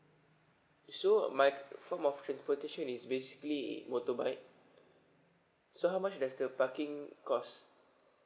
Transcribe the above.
so my form of transportation is basically motorbike so how much does the parking costs